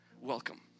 welcome